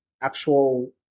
actual